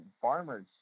farmers